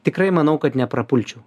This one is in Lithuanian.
tikrai manau kad neprapulčiau